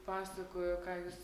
pasakojo ką jūs